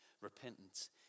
Repentance